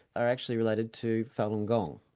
are actually related to falun gong.